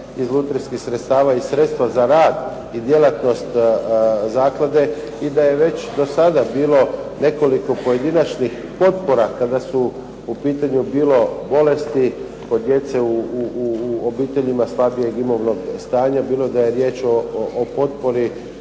iz lutrijskih sredstava i sredstva za rad i djelatnost zaklade, i da je već do sada bilo nekoliko pojedinačnih potpora kada su u pitanju bilo bolesti kod djece u obiteljima slabijeg imovnog stanja, bilo da je riječ o potpori